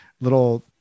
little